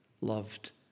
loved